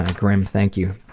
grim, thank you.